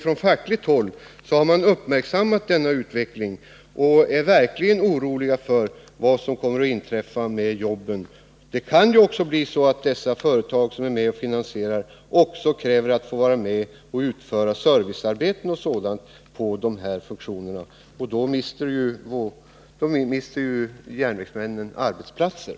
Från fackligt håll har man uppmärksammat denna utveckling och är verkligt orolig över vad som kommer att inträffa med jobben. Det kan ju tänkas att de företag som är med och finansierar också kräver att få utföra servicearbeten på dessa funktioner, och då mister järnvägsmännen arbeten.